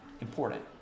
important